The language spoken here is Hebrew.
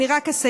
אני רק אסיים.